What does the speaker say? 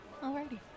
Alrighty